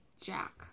Jack